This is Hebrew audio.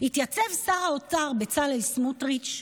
התייצב שר האוצר בצלאל סמוטריץ'